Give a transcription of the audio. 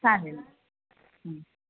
चालेल